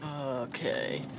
Okay